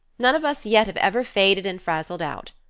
none of us yet have ever faded, and frazzled out.